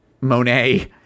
Monet